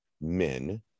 men